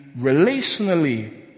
relationally